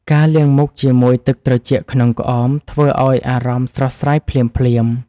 ការលាងមុខជាមួយទឹកត្រជាក់ក្នុងក្អម ធ្វើឱ្យអារម្មណ៍ស្រស់ស្រាយភ្លាមៗ។